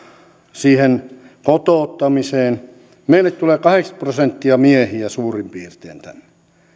siihen kotouttamiseen meille tulee kahdeksankymmentä prosenttia miehiä suurin piirtein tänne